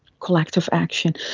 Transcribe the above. collective action,